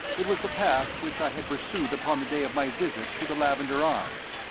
it was the path which i had pursued upon the day of my visit to the lavender arms.